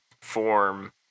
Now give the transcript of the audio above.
form